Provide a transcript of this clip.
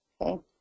Okay